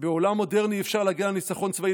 בעולם מודרני אפשר להגיע לניצחון צבאי,